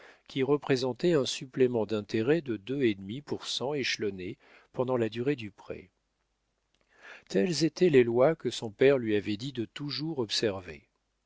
qui représentaient un supplément d'intérêt de deux et demi pour cent échelonnés pendant la durée du prêt telles étaient les lois que son père lui avait dit de toujours observer